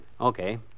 Okay